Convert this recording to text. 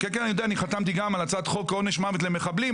יש הצעת חוק בדרך, ואטורי.